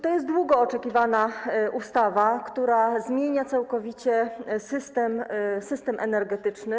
To jest długo oczekiwana ustawa, która zmienia całkowicie system energetyczny.